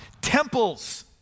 temples